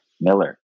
Miller